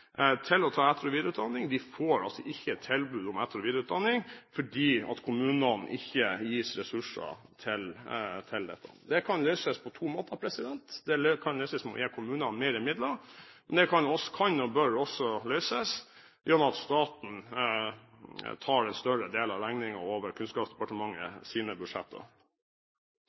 til å ta etter- og videreutdanning, får altså ikke tilbud om etter- og videreutdanning fordi kommunene ikke gis ressurser til dette. Det kan løses på to måter. Det kan løses ved å gi kommunene flere midler, men det kan, og bør, også løses ved at staten tar en større del av regningen over Kunnskapsdepartementets budsjetter.